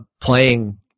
playing